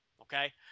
okay